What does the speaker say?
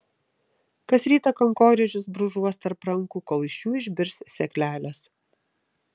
kas rytą kankorėžius brūžuos tarp rankų kol iš jų išbirs sėklelės